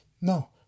No